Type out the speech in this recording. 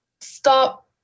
stop